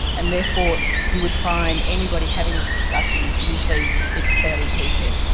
and therefore you would find anybody having this discussion, usually it's fairly heated.